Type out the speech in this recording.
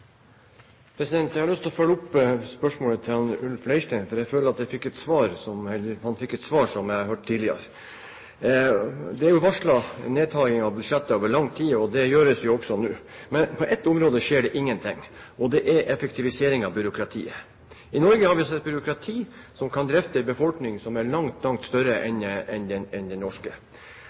Jeg har lyst til å følge opp spørsmålet til Ulf Leirstein, fordi jeg føler at han fikk et svar som jeg har hørt tidligere. Det er jo varslet nedtaking av budsjettet over lang tid, og det gjøres jo også nå. Men på ett område skjer det ingen ting, og det gjelder effektivisering av byråkratiet. I Norge har vi et byråkrati som kan drifte en befolkning som er langt, langt større enn den